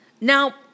Now